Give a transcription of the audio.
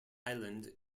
island